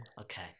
Okay